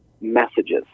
messages